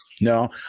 No